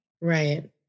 Right